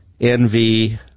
envy